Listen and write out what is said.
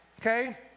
Okay